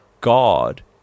God